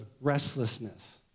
restlessness